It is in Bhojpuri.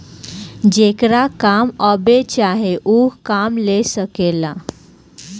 जेकरा काम अब्बे चाही ऊ काम ले सकेला